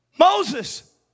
Moses